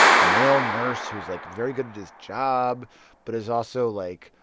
male nurse who is, like, very good at his job but is also, like.